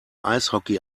eishockey